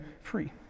free